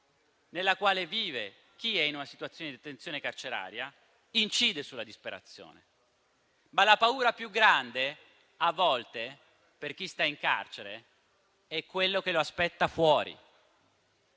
nella quale vive chi è in una situazione di detenzione carceraria incide sulla disperazione, ma la paura più grande, a volte, per chi sta in carcere è quello che lo aspetta fuori,